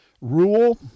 Rule